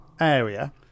area